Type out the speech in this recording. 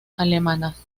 alemanas